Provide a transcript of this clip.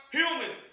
Humans